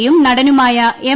യും നടനുമായ എം